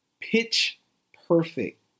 pitch-perfect